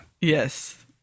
Yes